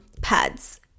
pads